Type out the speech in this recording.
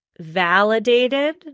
validated